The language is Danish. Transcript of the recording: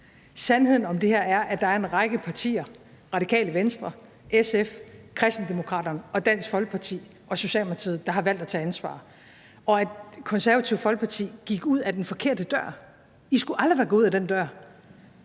Sandheden om det her er, at der er en række partier – Radikale Venstre, SF, Kristendemokraterne, Dansk Folkeparti og Socialdemokratiet – der har valgt at tage ansvar. Det Konservative Folkeparti gik ud ad den forkerte dør. I skulle aldrig være gået ud ad den dør.